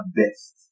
best